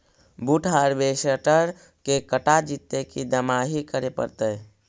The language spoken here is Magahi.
बुट हारबेसटर से कटा जितै कि दमाहि करे पडतै?